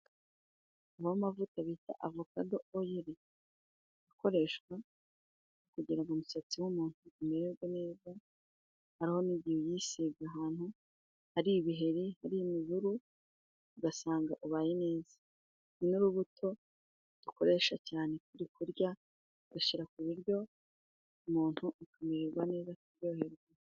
Aho amavuta bita avokado oyiri akoreshwa kugirango umusatsi w'umunntu umererwe neza, hari nigihe uyisize ahantu hari ibiheri hari imiruru ugasanga ubaye neza. Ni urubuto dukoresha cyane kurya ugashi ku buryo umuntu akamererwa neza akaryoherwa.